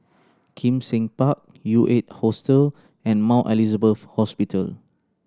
Kim Seng Park U Eight Hostel and Mount Elizabeth Hospital